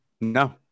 no